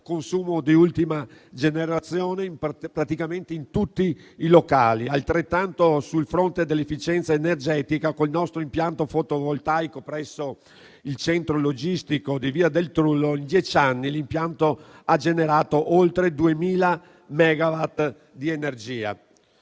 consumo di ultima generazione praticamente in tutti i locali. Altrettanto avviene sul fronte dell'efficienza energetica con il nostro impianto fotovoltaico presso il centro logistico di via del Trullo: in dieci anni l'impianto ha generato oltre 2.000 megawatt di energia.